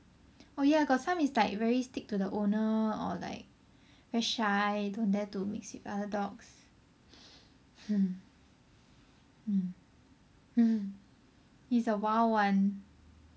oh ya got some is like very stick to the owner or like very shy don't dare to mix with other dogs mm mm he is a wild one